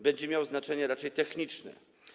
Będzie miał znaczenie raczej techniczne.